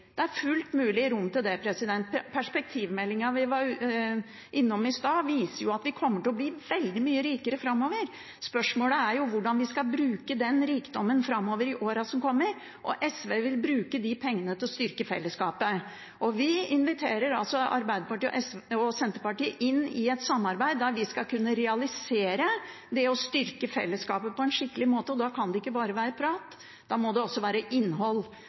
Det er fullt ut rom for det. Perspektivmeldingen, som vi var innom i stad, viser at vi kommer til å bli veldig mye rikere framover. Spørsmålet er hvordan vi skal bruke den rikdommen i årene som kommer, og SV vil bruke de pengene til å styrke fellesskapet. Vi inviterer Arbeiderpartiet og Senterpartiet inn i et samarbeid der vi skal kunne realisere det å styrke fellesskapet på en skikkelig måte, og da kan det ikke bare være prat; da må det også være innhold